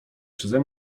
przeze